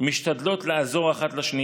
משתדלות לעזור זו לזו.